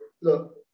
look